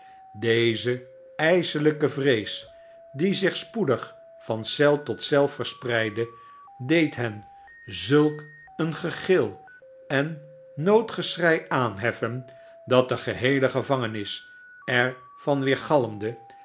deze ijselijke vrees die zich spoedig van eel tot cei verspreidde deed hen zulk een gegil en noodgeschrei aanheflen dat de geheele gevangenis er van